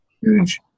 huge